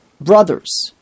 brothers